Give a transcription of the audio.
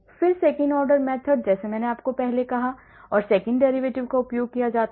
फिर Second order method जैसे मैंने पहले कहा और second derivative का उपयोग किया जाता है